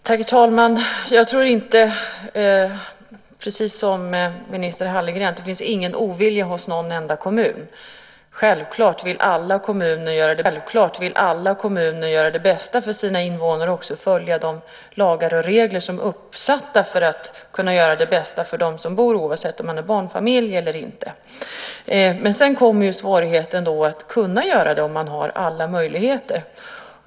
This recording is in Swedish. Herr talman! Jag tror, precis som minister Hallengren, inte att det finns någon ovilja hos någon enda kommun. Självklart vill alla kommuner göra det bästa för sina invånare och också följa de lagar och regler som är uppsatta för att kunna göra det bästa för dem som bor där oavsett om det gäller barnfamiljer eller inte. Men sedan kommer svårigheten att också kunna göra det, om man har alla möjligheter.